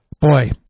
boy